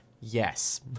Yes